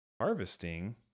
harvesting